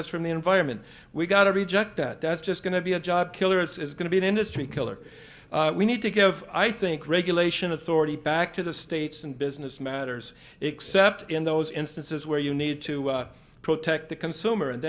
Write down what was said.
us from the environment we've got to reject that that's just going to be a job killer it's going to be an industry killer we need to give i think regulation authority back to the states and business matters except in those instances where you need to protect the consumer and